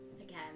again